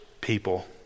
people